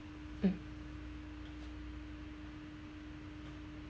mm